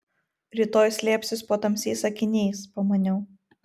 rytoj slėpsis po tamsiais akiniais pamaniau